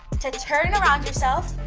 to turn around yourself,